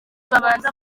babanza